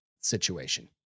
situation